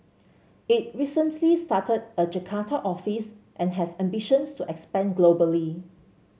it recently started a Jakarta office and has ambitions to expand globally